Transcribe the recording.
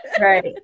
Right